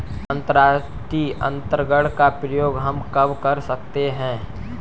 अंतर्राष्ट्रीय अंतरण का प्रयोग हम कब कर सकते हैं?